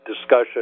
discussion